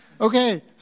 Okay